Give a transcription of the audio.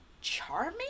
charming